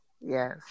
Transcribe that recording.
Yes